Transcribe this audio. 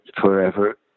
forever